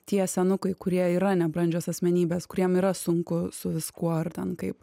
tie senukai kurie yra nebrandžios asmenybės kuriem yra sunku su viskuo ar ten kaip